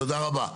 תודה רבה.